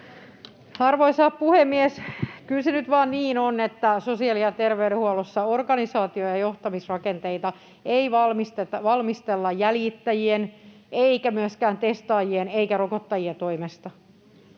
se nyt vaan niin on, että sosiaali- ja terveydenhuollossa organisaatio- ja johtamisrakenteita ei valmistella jäljittäjien eikä myöskään testaajien eikä rokottajien toimesta.